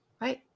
right